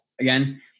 again